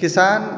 किसान